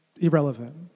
irrelevant